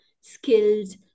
skills